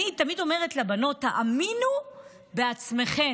אני תמיד אומרת לבנות: תאמינו בעצמכן,